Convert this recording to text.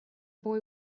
boy